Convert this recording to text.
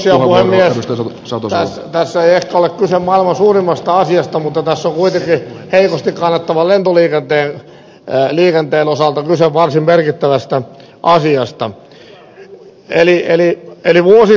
tässä ei ehkä ole kyse maailman suurimmasta asiasta mutta tässä on kuitenkin heikosti kannattavan lentoliikenteen osalta kyse varsin merkittävästä asiasta